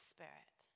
Spirit